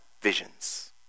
visions